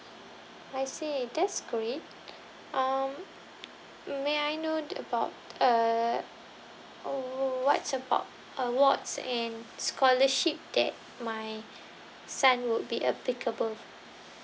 I see that's great um may I know about uh oh w~ what's about awards and scholarship that my son would be applicable